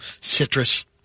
citrus